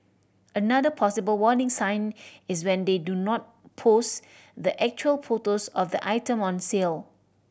another possible warning sign is when they do not post the actual photos of the item on sale